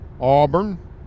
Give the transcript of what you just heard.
Auburn